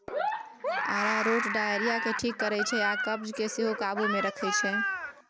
अरारोट diarrhoea केँ ठीक करै छै आ कब्ज केँ सेहो काबु मे रखै छै